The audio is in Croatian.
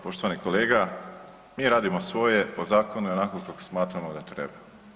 Poštovani kolega, mi radimo svoje po zakonu i onako kako smatramo da treba.